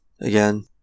Again